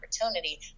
opportunity